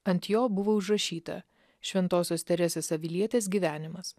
ant jo buvo užrašyta šventosios teresės avilietės gyvenimas